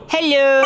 Hello